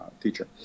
teacher